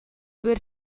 per